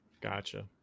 Gotcha